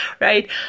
right